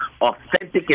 authentic